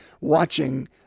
watching